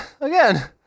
again